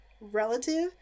relative